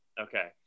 Okay